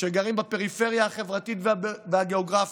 שגרים בפריפריה החברתית והגיאוגרפית,